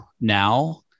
now